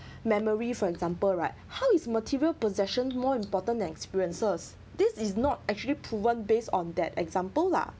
memory for example right how is material possessions more important experiences this is not actually proven based on that example lah